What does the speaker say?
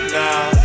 now